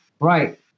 right